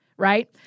right